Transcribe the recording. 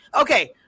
okay